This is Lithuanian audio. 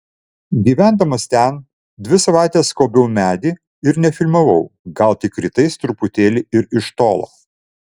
gyvendamas ten dvi savaites skobiau medį ir nefilmavau gal tik rytais truputėlį ir iš tolo